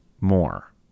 more